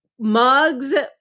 mugs